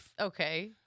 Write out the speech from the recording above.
Okay